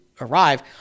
arrive